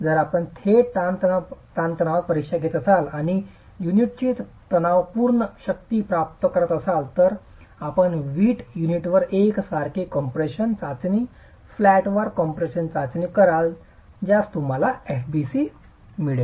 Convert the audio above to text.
जर आपण थेट ताणतणाव परीक्षा घेत असाल आणि युनिटची तणावपूर्ण शक्ती प्राप्त करत असाल तर आपण वीट युनिटवर एकसारखे कम्प्रेशन चाचणी फ्लॅट वार कॉम्प्रेशन चाचणी कराल ज्यास तुम्हाला fbc मिळेल